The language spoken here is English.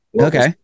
Okay